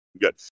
good